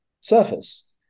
surface